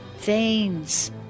veins